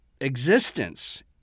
existence